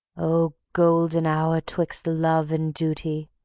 oh, golden hour! twixt love and duty,